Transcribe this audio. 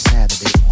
Saturday